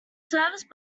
serviced